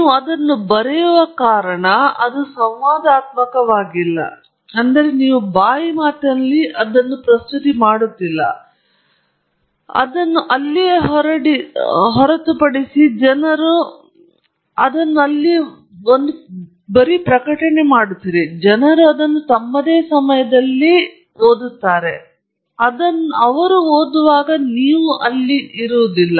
ನೀವು ಅದನ್ನು ಬರೆಯುವ ಕಾರಣ ಅದು ಸಂವಾದಾತ್ಮಕವಾಗಿಲ್ಲ ಮತ್ತು ನೀವು ಅದನ್ನು ಅಲ್ಲಿಯೇ ಹೊರಡಿಸಿ ಜನರು ಅದನ್ನು ತಮ್ಮದೇ ಸಮಯದಲ್ಲಿ ಓದುತ್ತಾರೆ ಅದನ್ನು ಓದುವಾಗ ನೀವು ಇರುವುದಿಲ್ಲ